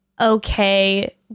okay